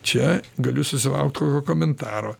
čia galiu susilaukt kokio komentaro